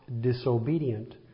disobedient